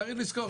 צריך לזכור,